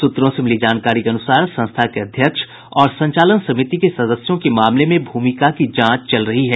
सूत्रों से मिली जानकारी के अनुसार संस्था के अध्यक्ष और संचालन समिति के सदस्यों की मामले में भूमिका की जांच चल रही है